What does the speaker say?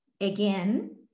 again